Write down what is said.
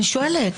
אני שואלת.